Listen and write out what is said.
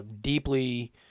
deeply